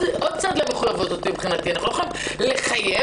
צד למחויבות הזאת מבחינתי אנחנו לא יכולים לחייב